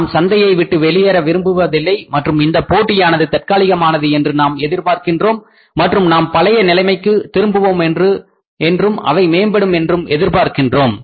நாம் சந்தையை விட்டு வெளியேற விரும்புவதில்லை மற்றும் இந்தப் போட்டியானது தற்காலிகமானது என்று நாம் எதிர்பார்க்கின்றோம் மற்றும் நாம் பழைய நிலைமைக்கு திரும்புவோம் என்றும் அவை மேம்படும் என்றும் எதிர்பார்க்கின்றோம்